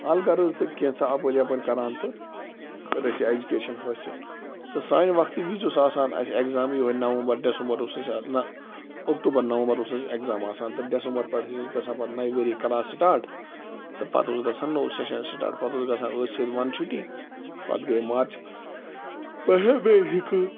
الغرض تہٕ کینٛژھاہ اَپٲرۍ یَپٲرۍ کَران تہٕ کٔر اسہِ یہِ ایٚجوکیشَن حٲصِل تہٕ سانہِ وقتہٕ وِزۍ اوس آسان اسہِ ایٚگزام یہوے نومبر ڈیٚسَمبَر اوس اسہِ نَہ اکٹوٗبَر نومبر اوس اسہِ ایٚگزام آسان تہٕ ڈیٚسمبر پٮ۪ٹھ ٲسۍ اسہِ گژھان پَتہٕ نَیہِ ؤری کَلاس سِٹارٹ تہٕ پَتہٕ اوس گژھان نوٚو سیٚشَن سِٹارٹ پَتہٕ ٲس گژھان أتھۍ سۭتۍ وَنٛدٕ چھُٹی پَتہٕ گٔیے مارچہِ پٮ۪ٹھ